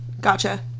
Gotcha